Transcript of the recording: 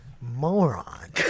moron